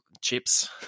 chips